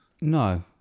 no